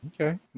Okay